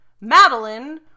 Madeline